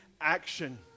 action